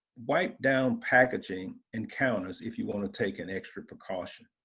wipe down packaging and counters if you wanna take an extra precaution.